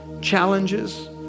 challenges